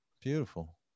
Beautiful